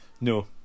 no